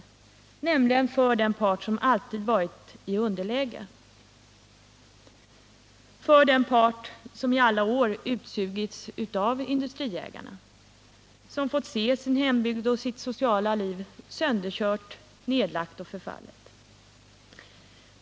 Den måste vara partsinriktad för den part som i alla år varit i underläge, som i alla år utsugits av industriägarna och som fått se sin hembygd och sitt sociala liv sönderkört, nedlagt och förfallet.